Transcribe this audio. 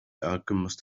alchemist